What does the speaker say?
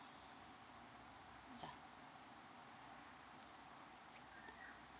ya